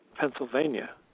Pennsylvania